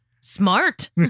Smart